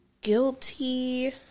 Guilty